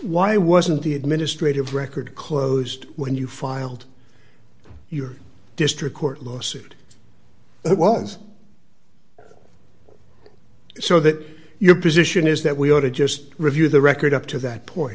why wasn't the administrative record closed when you filed your district court lawsuit it was so that your position is that we ought to just review the record up to that point